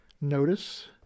notice